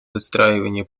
выстраивания